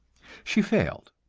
she failed,